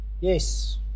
Yes